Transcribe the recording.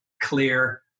clear